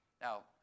Now